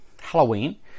Halloween